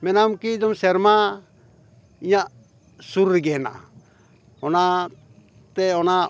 ᱢᱮᱱᱟᱢ ᱠᱤ ᱡᱮᱢᱚᱱ ᱥᱮᱨᱢᱟ ᱤᱧᱟᱹᱜ ᱥᱩᱨ ᱨᱮᱜᱮ ᱦᱮᱱᱟᱜᱼᱟ ᱚᱱᱟ ᱛᱮ ᱚᱱᱟ